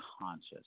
conscious